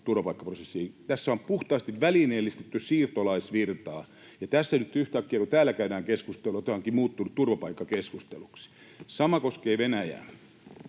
Tässä on puhtaasti välineellistetty siirtolaisvirtaa, ja tässä nyt yhtäkkiä, kun täällä käydään keskustelua, tämä onkin muuttunut turvapaikkakeskusteluksi. Sama koskee Venäjää.